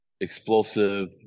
explosive